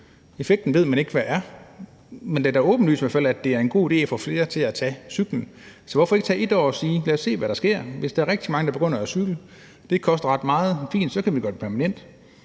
effekten af det er, men det er da i hvert fald åbenlyst, at det er en god idé at få flere til at tage cyklen, så hvorfor ikke prøve det i et år og sige: Lad os se, hvad der sker? Hvis der er rigtig mange, der begynder at cykle, og det ikke koster ret meget, så kan vi gøre det permanent;